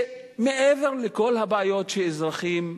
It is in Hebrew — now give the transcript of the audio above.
שמעבר לכל הבעיות שאזרחים,